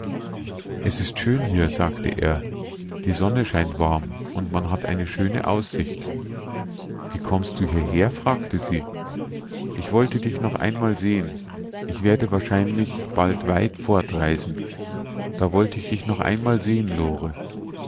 es ist schön hier sagte er die sonne scheint warm und man hat eine schöne aussicht wie kommst du hierher fragte sie ich wollte dich noch einmal sehen ich werde wahrscheinlich bald weit fortreisen da wollt ich dich noch einmal sehen lore